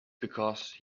because